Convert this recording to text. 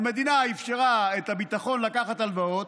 והמדינה אפשרה את הביטחון לקחת הלוואות,